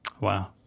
Wow